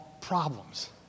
problems